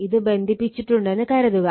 ഇത് ബന്ധിപ്പിച്ചിട്ടുണ്ടെന്ന് കരുതുക